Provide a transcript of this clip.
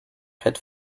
had